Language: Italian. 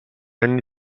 anni